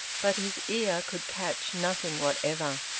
but his ear could catch nothing whatever.